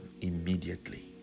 immediately